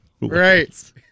Right